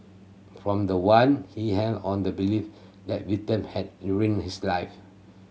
from the one he held on the belief that victim had ruined his life